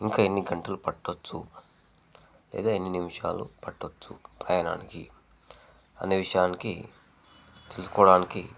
ఇంకా ఎన్ని గంటలు పట్టవచ్చు లేదా ఎన్ని నిమిషాలు పట్టవచ్చు ప్రయాణానికి అనే విషయానికి తెలుసుకోవడానికి